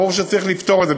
ברור שצריך לפתור את זה.